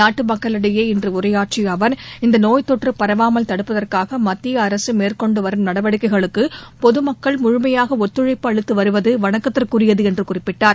நாட்டு மக்களிடையே இன்று உரையாற்றிய அவர் இந்த நோய் தொற்று பரவாமல் தடுப்பதற்காக மத்திய அரசு மேற்கொண்டு வரும் நடவடிக்கைகளுக்கு பொதுமக்கள் முழுமையாக ஒத்துழைப்பு அளித்து வருவது வணக்கத்துக்குரியது என்று குறிப்பிட்டார்